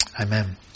Amen